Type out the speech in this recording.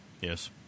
Yes